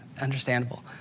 Understandable